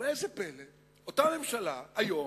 וראה זה פלא, אותה ממשלה היום,